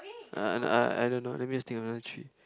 uh I I don't know let me just think of another three